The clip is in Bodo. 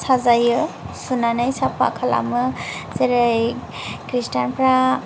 साजायो सुनानै साफा खालामो जेरै ख्रिष्टानफोरा